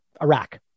Iraq